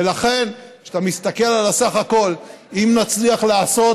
ולכן, כשאתה מסתכל על סך הכול, אם נצליח לעשות